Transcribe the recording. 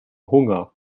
hunger